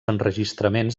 enregistraments